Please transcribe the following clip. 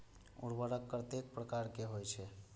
उर्वरक कतेक प्रकार के होई छै?